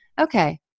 okay